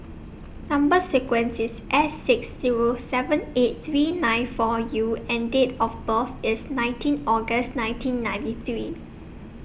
Number sequence IS S six Zero seven eight three nine four U and Date of birth IS nineteen August nineteen ninety three